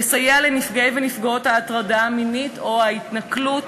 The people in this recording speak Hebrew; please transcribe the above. לסייע לנפגעי ונפגעות הטרדה מינית או התנכלות